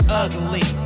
ugly